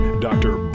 Dr